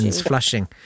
flushing